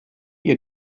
ihr